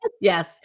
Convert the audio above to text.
Yes